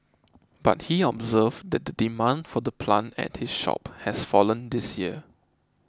but he observed that the demand for the plant at his shop has fallen this year